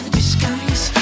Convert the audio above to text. disguise